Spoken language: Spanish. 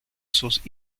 sus